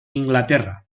inglaterra